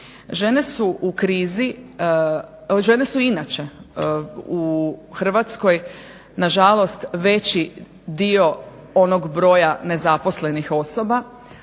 žene su inače u Hrvatskoj na žalost veći dio onog broja nezaposlenih osoba,